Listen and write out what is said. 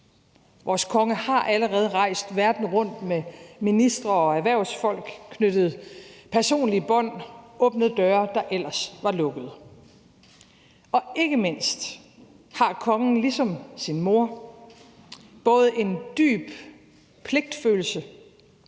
Vores konge har allerede rejst verden rundt med ministre og erhvervsfolk, knyttet personlige bånd og åbnet døre, der ellers var lukkede. Og ikke mindst har kongen ligesom sin mor både en dyb pligtfølelse